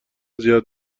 زیاد